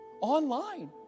online